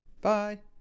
Bye